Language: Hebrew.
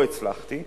לא הצלחתי,